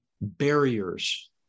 barriers